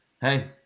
hey